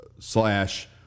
Slash